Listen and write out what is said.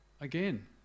Again